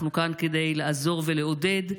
אנחנו כאן כדי לעזור ולעודד.